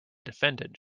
defendant